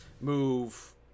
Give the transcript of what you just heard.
move